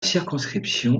circonscription